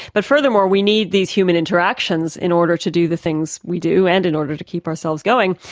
but furthermore we need these human interactions in order to do the things we do, and in order to keep ourselves going.